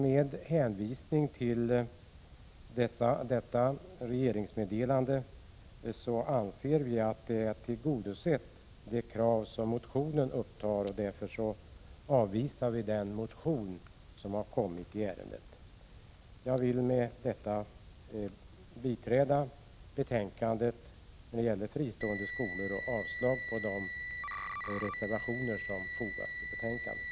Med hänvisning till detta regeringsmeddelande anser vi att motionskravet är uppfyllt, och därmed avvisar vi den motion som väckts i ärendet. Fru talman! Med detta yrkar jag bifall till hemställan om fristående skolor i betänkandet och avslag på de reservationer som fogats vid betänkandet.